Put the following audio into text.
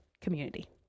community